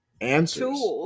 answers